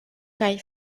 kaj